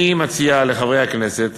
אני מציע לחברי הכנסת